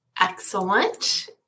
excellent